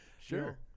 Sure